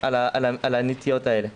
על הנטיות האלה.